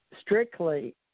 Strictly